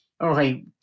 Okay